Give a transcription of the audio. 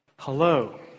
Hello